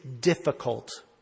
difficult